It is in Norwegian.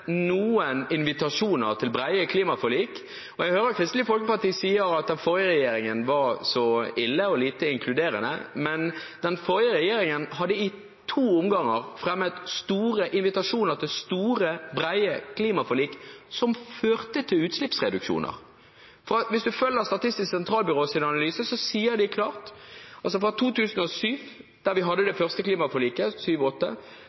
noen invitasjon til brede klimaforlik. Jeg hører at Kristelig Folkeparti sier at den forrige regjeringen var så ille og lite inkluderende, men den forrige regjeringen fremmet i to omganger invitasjoner til store, brede klimaforlik, som førte til utslippsreduksjoner. Hvis man følger Statistisk sentralbyrås analyse, sier de klart at fra 2007/2008, da vi hadde det